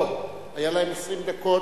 לא, היה להם 20 דקות.